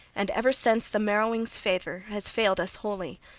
and ever since the merowings' favor has failed us wholly.